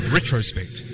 Retrospect